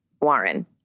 Warren